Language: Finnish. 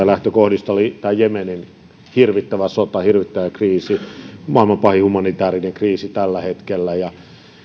lähtökohdista oli jemenin hirvittävä sota hirvittävä kriisi maailman pahin humanitaarinen kriisi tällä hetkellä ja